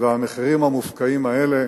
והמחירים המופקעים האלה,